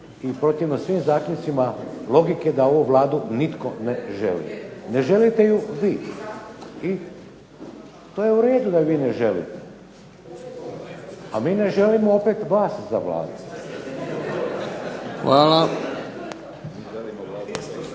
i protivno svim zaključcima logike da ovu Vladu nitko ne želi, ne želite ju vi i to je u redu da je vi ne želite, a mi ne želimo opet vas za Vladu.